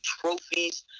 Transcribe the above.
trophies